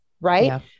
Right